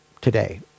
today